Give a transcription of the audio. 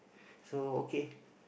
so okay